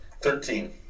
Thirteen